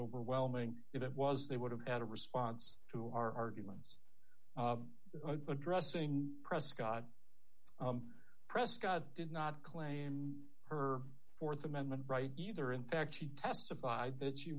overwhelming if it was they would have at a response to our arguments addressing prescott prescott did not claim her th amendment right either in fact she testified that she